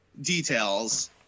details